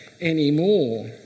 anymore